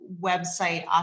website